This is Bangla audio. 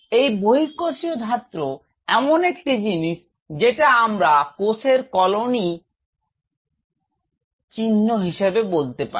এই বহিঃকোষীয় ধাত্র এমন একটি জিনিষ যেটা আমরা কোষের কলোনির চিহ্ন হিসেবে বলতে পারি